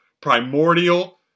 primordial